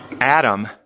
Adam